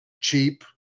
cheap